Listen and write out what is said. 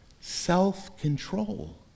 self-control